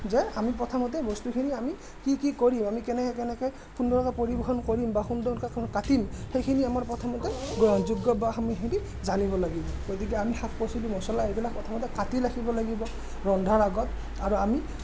যে আমি প্ৰথমতে বস্তুখিনি আমি কি কি কৰিম আমি কেনেকৈ কেনেকৈ সুন্দৰকে পৰিৱেশন কৰিম বা সুন্দৰকে কাটিম সেইখিনি আমাৰ প্ৰথমতে গ্ৰহণযোগ্য বা আমি সেইখিনি জানিব লাগিব গতিকে আমি শাক পাচলি মছলা এইবিলাক প্ৰথমতে কাটি ৰাখিব লাগিব ৰন্ধাৰ আগত আৰু আমি